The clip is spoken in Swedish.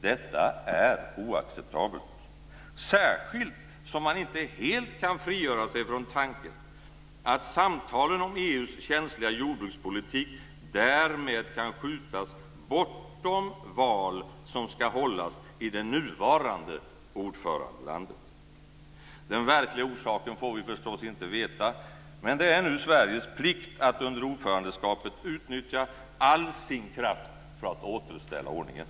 Detta är oacceptabelt, särskilt som man inte helt kan frigöra sig från tanken att samtalen om EU:s känsliga jordbrukspolitik därmed kan skjutas bortom val som ska hållas i det nuvarande ordförandelandet. Den verkliga orsaken får vi förstås inte veta. Men det är nu Sveriges plikt att under ordförandeskapet utnyttja all sin kraft för att återställa ordningen.